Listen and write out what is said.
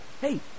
hey